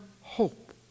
hope